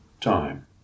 time